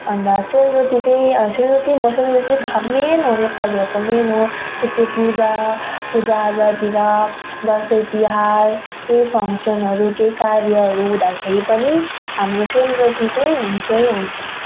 अन्त सेलरोटी त्यही सेलरोटीम भयो सेलरोटी मेन हो नेपालीहरूको मेन हो त्यस्तो पूजा पूजा आजातिर दसैँ तिहार केही फङ्सनहरू केही कार्यहरू हुँदाखेरि पनि हाम्रो सेलरोटी त्यही हुन्छै हुन्छ